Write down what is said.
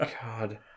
God